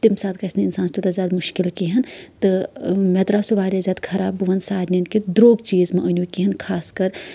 تَمہِ ساتہٕ گژھِ نہٕ اِنسان تیوٗتاہ زیادٕ مُشکِل کہیٖنۍ تہٕ مےٚ درٛاو سُہ واریاہ زیادٕ خراب بہٕ وَنہٕ سارنین کہِ درٛوگ چیٖز مہ أنیو کیٚنٛہہ خاص کر